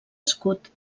escut